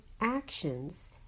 actions